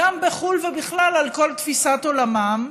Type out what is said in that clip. גם בחו"ל, ובכלל על כל תפיסת עולמם.